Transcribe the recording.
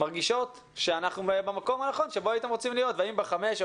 מרגישות שאנחנו במקום הנכון שבו הייתם רוצים להיות והאם בחמש או